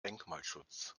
denkmalschutz